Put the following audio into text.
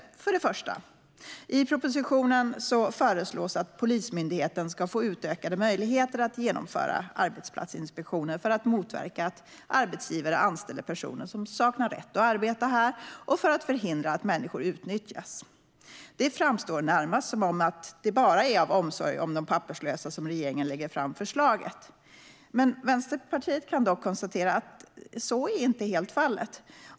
För det första: I propositionen föreslås att Polismyndigheten ska få utökade möjligheter att genomföra arbetsplatsinspektioner för att motverka att arbetsgivare anställer personer som saknar rätt att arbeta här och för att förhindra att människor utnyttjas. Det framstår närmast som att det bara är av omsorg om de papperslösa som regeringen lägger fram förslaget. Vänsterpartiet kan dock konstatera att så inte är fallet.